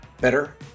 better